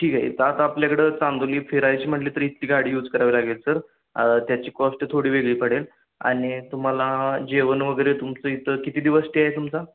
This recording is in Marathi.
ठीके तर आता आपल्याकडं चांदोली फिरायची म्हटली तर इथली गाडी यूज करावी लागेल सर त्याची कॉस्ट थोडी वेगळी पडेल आणि तुम्हाला जेवण वगैरे तुमचं इथं किती दिवस स्टे आहे तुमचा